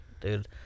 Dude